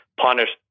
punished